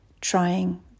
trying